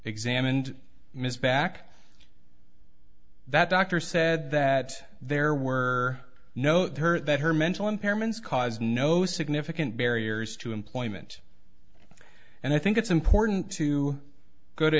examined ms back that doctor said that there were no the her that her mental impairments cause no significant barriers to employment and i think it's important to go to